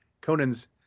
Conan's